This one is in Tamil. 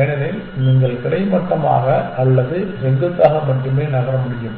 ஏனெனில் நீங்கள் கிடைமட்டமாக அல்லது செங்குத்தாக மட்டுமே நகர முடியும்